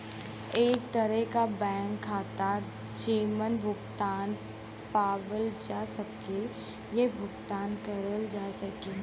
एक तरे क बैंक खाता जेमन भुगतान पावल जा सके या भुगतान करल जा सके